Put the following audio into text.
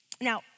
Now